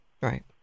Right